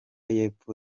y’epfo